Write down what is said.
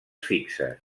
fixes